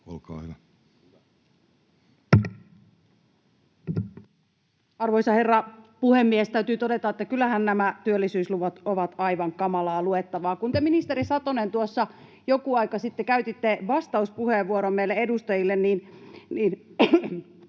olkaa hyvä. Arvoisa herra puhemies! Täytyy todeta, että kyllähän nämä työllisyysluvut ovat aivan kamalaa luettavaa. Kun te, ministeri Satonen, tuossa joku aika sitten käytitte vastauspuheenvuoron meille edustajille, niin